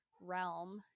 realm